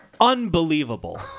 unbelievable